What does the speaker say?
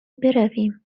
برویم